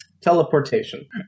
Teleportation